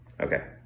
Okay